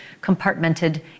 Compartmented